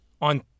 on